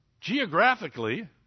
geographically